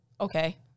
okay